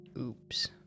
Oops